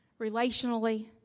relationally